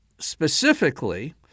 Specifically